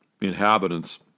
inhabitants